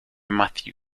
matthew